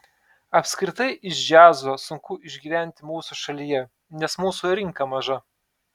apskritai iš džiazo sunku išgyventi mūsų šalyje nes mūsų rinka maža